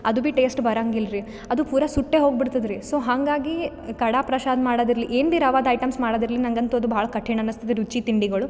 ಅದು ಬಿ ಟೇಸ್ಟ್ ಬರೋಂಗಿಲ್ರಿ ಅದು ಪೂರಾ ಸುಟ್ಟೆ ಹೋಗಿಬಿಡ್ತದ್ರಿ ಸೊ ಹಾಂಗಾಗಿ ಕಡಾ ಪ್ರಸಾದ್ ಮಾಡೋದಿರ್ಲಿ ಏನು ಬಿ ರವಾದು ಐಟೆಮ್ಸ್ ಮಾಡೋದಿರ್ಲಿ ನಂಗಂತು ಅದು ಭಾಳ ಕಠಿಣ್ ಅನಿಸ್ತದ ರುಚಿ ತಿಂಡಿಗಳು